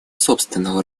собственного